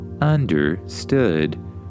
Understood